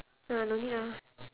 ah no need ah